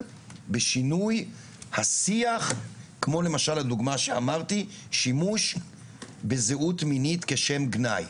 בשינוי השיח כמו למשל הדוגמה שאמרתי שימוש בזהות מינית כשם גנאי.